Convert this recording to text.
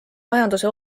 majanduse